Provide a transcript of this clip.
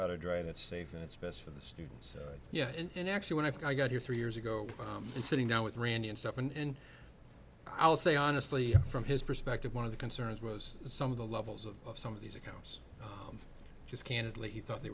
how to drive it safe and it's best for the students yeah and actually when i got here three years ago and sitting down with randy and stuff and i'll say honestly from his perspective one of the concerns was some of the levels of some of these accounts just candidly he thought they